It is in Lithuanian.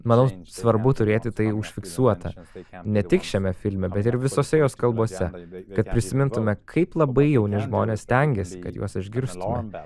manau svarbu turėti tai užfiksuota ne tik šiame filme bet ir visose jos kalbose kad prisimintume kaip labai jauni žmonės stengiasi kad juos išgirstume